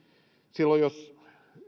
silloin jos